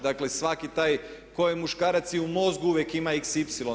Dakle, svaki taj tko je muškarac i u mozgu uvijek ima xy.